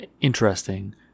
interesting